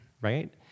right